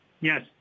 Yes